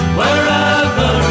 wherever